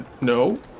no